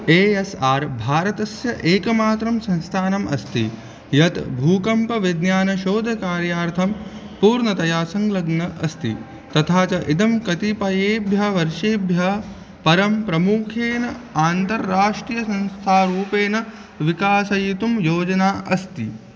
ए S R भारतस्य एकमात्रं संस्थानम् अस्ति यत् भूकम्पविज्ञानशोधकार्यार्थं पूर्णतया संलग्नः अस्ति तथा च इदं कतिपयेभ्यः वर्षेभ्यः परं प्रमुखेन आन्ताराष्ट्रीयसंस्थारूपेण विकासयितुं योजना अस्ति